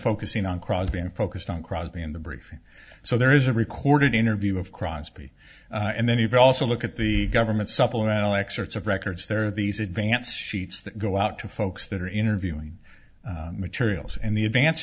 focusing on crosby and focused on crosby in the briefing so there is a recorded interview of crosby and then you've also look at the government supplemental excerpts of records there are these advance sheets that go out to folks that are interviewing materials and the advance